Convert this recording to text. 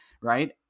right